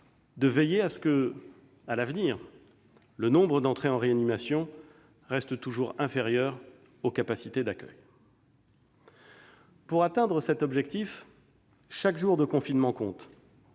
de veiller à ce que, à l'avenir, le nombre d'entrées dans les services de réanimation reste toujours inférieur aux capacités d'accueil. Pour atteindre cet objectif, chaque jour de confinement compte-